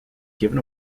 given